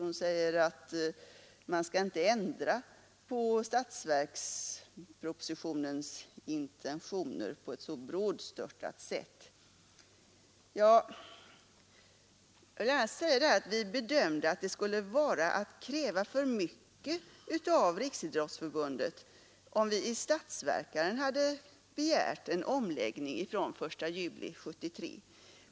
Hon sade att man inte skall ändra på statsverkspropositionens intentioner på ett alltför brådstörtat sätt. Vi bedömde det emellertid så att det skulle vara att kräva för mycket av Riksidrottsförbundet, om vi i statsverkspropositionen hade begärt en omläggning från den 1 juli 1973.